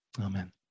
Amen